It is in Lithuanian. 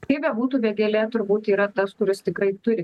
kaip bebūtų vėgėlė turbūt yra tas kuris tikrai turi